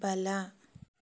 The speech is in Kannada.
ಬಲ